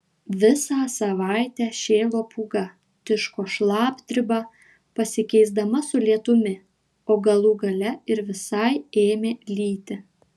visą savaitę šėlo pūga tiško šlapdriba pasikeisdama su lietumi o galų gale ir visai ėmė lyti